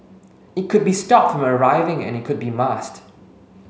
it could be stopped from arriving and it could be masked